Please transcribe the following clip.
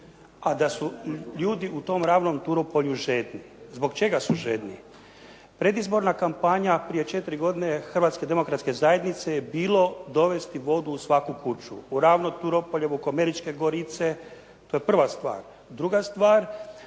a da su ljudi u tom ravnom Turopolju žedni. Zbog čega su žedni? Predizborna kampanja prije četiri godina Hrvatske demokratske zajednice je bilo dovesti vodu u svaku kuću, u ravno Turopolje, Vukomeričke gorice. To je prva stvar. Druga stvar.